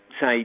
say